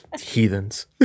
Heathens